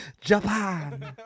Japan